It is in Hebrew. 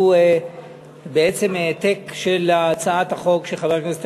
היא בעצם העתק של הצעת החוק שחבר הכנסת